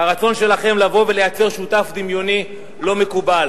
והרצון שלכם לבוא ולייצר שותף דמיוני לא מקובל.